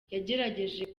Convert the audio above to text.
yagerageje